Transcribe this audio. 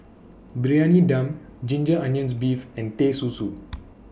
Briyani Dum Ginger Onions Beef and Teh Susu